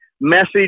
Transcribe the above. message